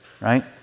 right